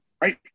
right